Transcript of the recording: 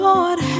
Lord